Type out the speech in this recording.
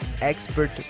Expert